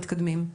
מתקדמים".